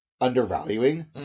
undervaluing